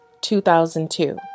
2002